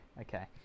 Okay